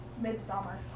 midsummer